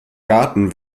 garten